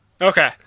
Okay